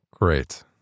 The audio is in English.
great